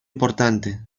importante